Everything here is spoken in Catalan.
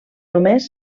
només